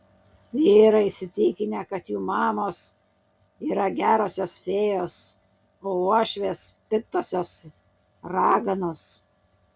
vyrai įsitikinę kad jų mamos yra gerosios fėjos o uošvės piktosios raganos